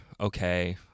okay